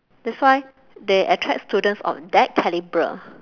that's why they attract students of that calibre